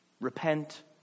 Repent